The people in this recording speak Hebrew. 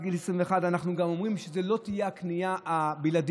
אנחנו גם אומרים שזו לא תהיה הקנייה הבלעדית.